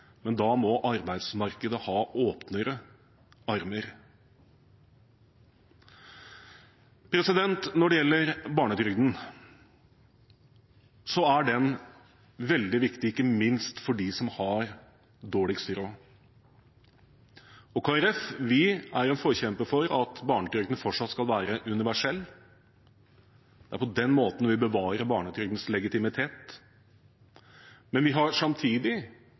men da må arbeidsmarkedet ha åpnere armer. Når det gjelder barnetrygden, er den veldig viktig, ikke minst for dem som har dårligst råd. Kristelig Folkeparti er en forkjemper for at barnetrygden fortsatt skal være universell. Det er på den måten vi bevarer barnetrygdens legitimitet. Men vi har samtidig